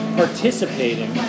participating